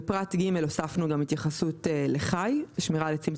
בפרט (ג) הוספנו גם התייחסות לחי "שמירה על עצים,